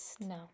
No